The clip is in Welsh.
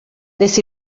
nes